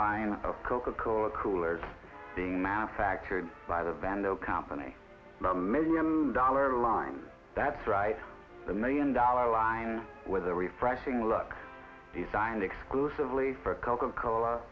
line of coca cola coolers being manufactured by the vandal company a million dollar line that's right the million dollar line with a refreshing lug designed exclusively for coca cola